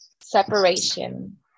separation